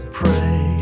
pray